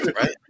right